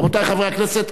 רבותי חברי הכנסת,